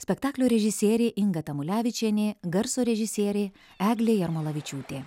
spektaklio režisierė inga tamulevičienė garso režisierė eglė jarmalavičiūtė